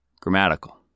Grammatical